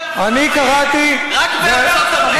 אני קראתי, רק בארצות-הברית.